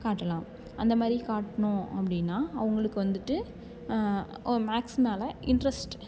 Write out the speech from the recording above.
காட்டலாம் அந்த மாரி காட்டினோம் அப்படினா அவங்களுக்கு வந்துட்டு மேக்ஸ் மேல இன்ட்ரெஸ்ட்